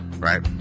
Right